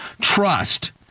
trust